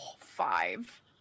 Five